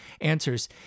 answers